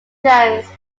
jones